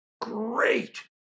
great